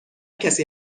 کسی